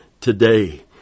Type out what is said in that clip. Today